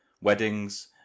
weddings